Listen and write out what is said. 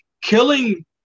killing